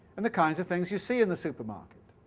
and the kinds of things you see in the supermarket.